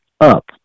up